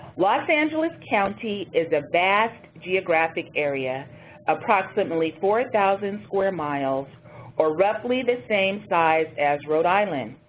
los angeles county is a vast geographic area approximately four thousand square miles or roughly the same size as rhode island.